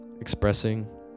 expressing